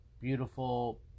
beautiful